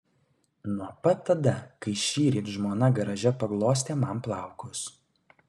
nuo pat tada kai šįryt žmona garaže paglostė man plaukus